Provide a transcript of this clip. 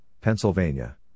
Pennsylvania